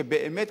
כדי שבאמת,